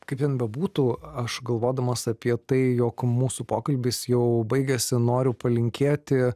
kaip ten bebūtų aš galvodamas apie tai jog mūsų pokalbis jau baigiasi noriu palinkėti